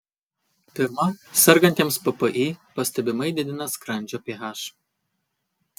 pirma sergantiems ppi pastebimai didina skrandžio ph